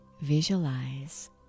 Visualize